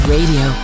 Radio